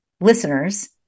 listeners